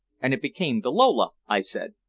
and it became the lola, i said.